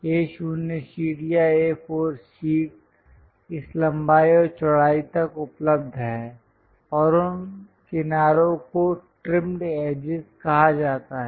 A0 sheet या A4 sheet इस लंबाई और चौड़ाई तक उपलब्ध है और उन किनारों को ट्रिमड एजिज कहा जाता है